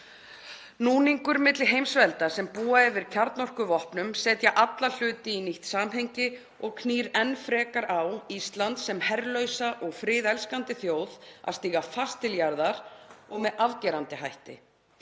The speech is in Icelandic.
Núningur milli heimsvelda sem búa yfir kjarnorkuvopnum setur alla hluti í nýtt samhengi og knýr enn frekar á Ísland sem herlausa og friðelskandi þjóð að stíga fast til jarðar og með afgerandi hætti.